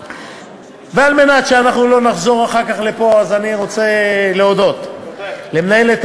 וכדי שלא נחזור אחר כך לפה אני רוצה להודות למנהלת